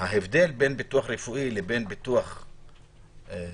ההבדל בין ביטוח רפואי לביטוח רכב,